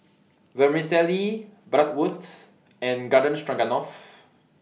Vermicelli Bratwurst and Garden Stroganoff